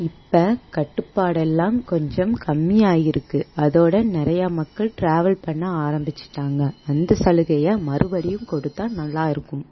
இப்போ கட்டுப்பாடெல்லாம் கொஞ்சம் கம்மி ஆகிருக்கு அதோடு நிறையா மக்கள் ட்ராவல் பண்ண ஆரம்பிச்சிட்டாங்க அந்த சலுகைய மறுபடியும் கொடுத்தால் நல்லா இருக்கும்